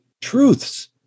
truths